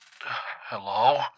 Hello